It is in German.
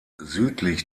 südlich